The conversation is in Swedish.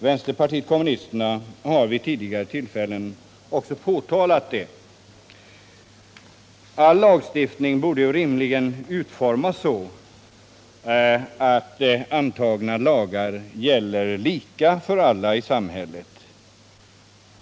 Vänsterpartiet kommunisterna har också vid tidigare tillfällen påtalat det här förhållandet. Nr 38 Alla lagar borde rimligen utformas så, att de gäller lika för alla i Sm Torsdagen den hället.